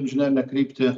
inžinerinę kryptį